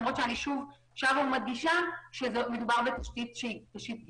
אני שבה ומדגישה שמדובר בתשתית שהיא תשתית גיבוי.